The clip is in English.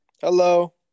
Hello